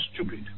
stupid